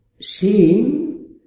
seeing